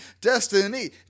Destiny